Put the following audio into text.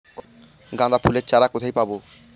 গাঁদা ফুলের চারা কোথায় পাবো?